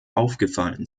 aufgefallen